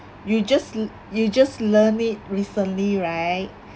you just you just learned it recently right